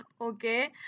Okay